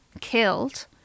killed